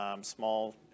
Small